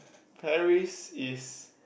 Paris is